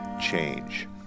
change